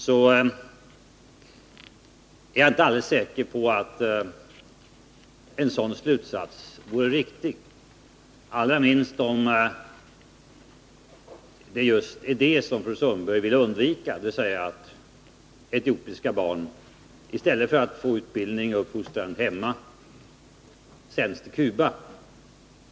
Jag är inte alldeles säker på att en sådan slutsats är riktig, allra minst med tanke på just det som Ingrid Sundberg vill undvika, dvs. att etiopiska barn i stället för att få utbildning och uppfostran hemma sänds till Cuba.